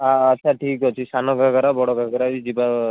ଆଚ୍ଛା ଠିକ୍ ଅଛି ସାନ ଘାଗରା ବଡ଼ ଘାଗରା ବି ଯିବା